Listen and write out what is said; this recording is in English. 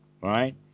right